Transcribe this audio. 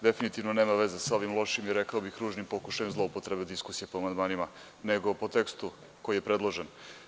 Definitivno nema veze sa ovim lošim i, rekao bih, ružnim pokušajima zloupotrebe diskusije po amandmanima, nego po tekstu koji je predložen.